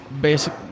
basic